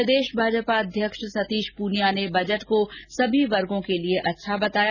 प्रदेश भाजपा अध्यक्ष सतीश प्रनिया ने बजट को सभी वर्गो के लिए अच्छा बताया